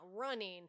running